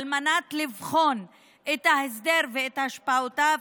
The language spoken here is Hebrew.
על מנת לבחון את ההסדר ואת השפעותיו,